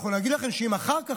אנחנו נגיד לכם שאם אחר כך,